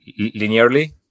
linearly